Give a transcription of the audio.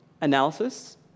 Analysis